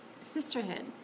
sisterhood